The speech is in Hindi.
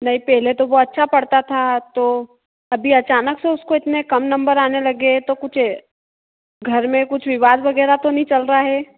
नहीं पहले तो वो अच्छा पढ़ता था अब तो अभी अचानक से उसको इतने कम नम्बर आने लगे हैं तो कुछ घर में कुछ विवाद वगैरह तो नहीं चल रहा है